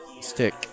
stick